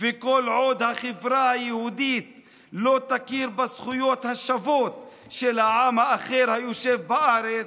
וכל עוד החברה היהודית לא תכיר בזכויות השוות של העם האחר היושב בארץ,